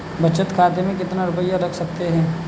बचत खाते में कितना रुपया रख सकते हैं?